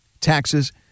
taxes